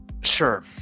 Sure